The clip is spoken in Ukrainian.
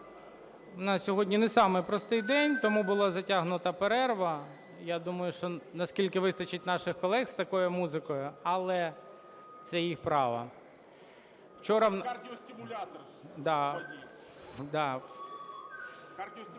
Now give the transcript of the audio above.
У нас сьогодні не самий простий день, тому була затягнута перерва, я думаю, що наскільки вистачить наших колег з такою музикою, але це їх право.